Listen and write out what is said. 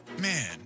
Man